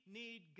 need